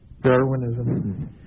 Darwinism